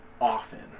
often